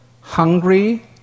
hungry